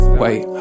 wait